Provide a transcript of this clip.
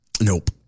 Nope